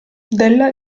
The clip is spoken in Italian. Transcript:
della